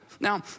Now